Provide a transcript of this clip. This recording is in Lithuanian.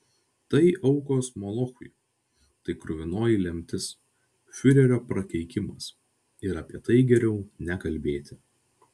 tai aukos molochui tai kruvinoji lemtis fiurerio prakeikimas ir apie tai geriau nekalbėti